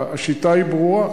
השיטה היא ברורה.